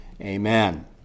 amen